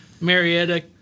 Marietta